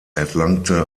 erlangte